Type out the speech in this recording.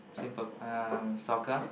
simple um soccer